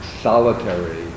solitary